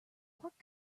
pork